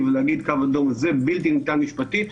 קו אדום ולהגיד: זה בלתי ניתן משפטית,